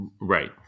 Right